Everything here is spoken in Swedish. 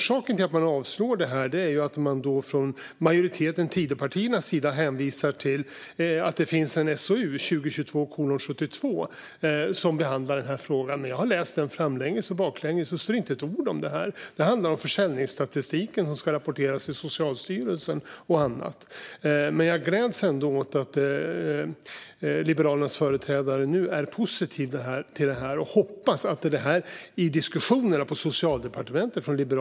Man avslår dem från majoritetens, Tidöpartiernas, sida och hänvisar till SOU 2022:72. Men jag har läst den framlänges och baklänges. Det står inte ett ord om detta. Det handlar om försäljningsstatistiken, som ska rapporteras till Socialstyrelsen och annat. Jag gläds ändå åt att Liberalernas företrädare nu är positiv till detta, och jag hoppas att det lyfts från Liberalernas sida i diskussionerna på Socialdepartementet.